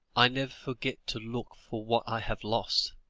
i never forget to look for what i have lost,